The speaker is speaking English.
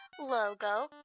logo